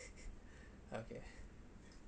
okay